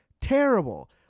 Terrible